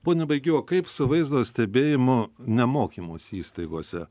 pone baigy o kaip su vaizdo stebėjimu ne mokymosi įstaigose